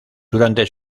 durante